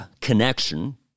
connection